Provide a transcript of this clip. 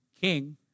King